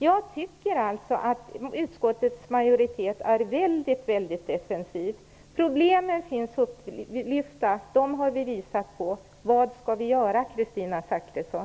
Jag tycker att utskottets majoritet är väldigt defensiv. Problemen finns upplyfta; de har vi visat på. Men vad skall vi göra, Kristina Zakrisson?